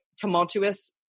tumultuous